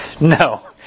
no